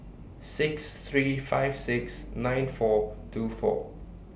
six three five six nine four two four